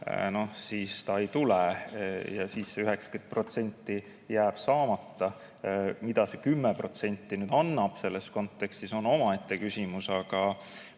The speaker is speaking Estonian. siis ta ei tule ja 90% jääb saamata. Mida see 10% annab selles kontekstis, on omaette küsimus.